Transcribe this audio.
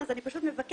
אז אני פשוט מבקשת